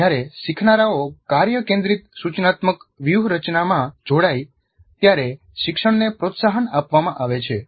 જ્યારે શીખનારાઓ કાર્ય કેન્દ્રિત સૂચનાત્મક વ્યૂહરચનામાં જોડાય ત્યારે શિક્ષણને પ્રોત્સાહન આપવામાં આવે છે